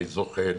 אני זוחל,